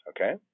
okay